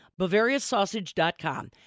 BavariaSausage.com